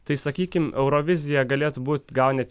tai sakykim eurovizija galėtų būt gal net